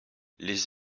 les